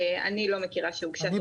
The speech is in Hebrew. אני לא מכירה שהוגשה תכנית מקיפה --- אני